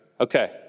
Okay